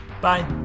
bye